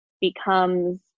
becomes